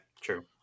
True